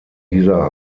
dieser